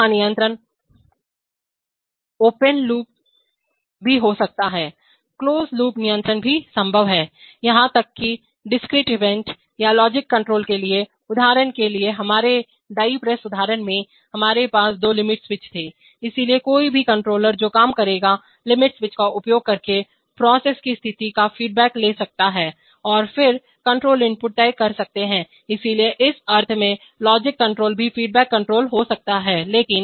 यहां नियंत्रण open loop या क्लोज लूप भी हो सकता हैक्लोज लूप नियंत्रण भी संभव है यहां तक कि डिस्क्रीट इवेंट या लॉजिकल कंट्रोल के लिए उदाहरण के लिए हमारे डाई प्रेस उदाहरण में हमारे पास दो लिमिट स्विच थे इसलिए कोई भी कंट्रोलर जो काम करेगा लिमिट स्विच का उपयोग करके प्रोसेस प्रक्रिया की स्थिति का फीडबैक ले सकता हैं और फिर कंट्रोल इनपुट तय कर सकते हैं इसलिए इस अर्थ में लॉजिक कंट्रोल भी फीडबैक कंट्रोल हो सकता है लेकिन